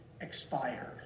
expired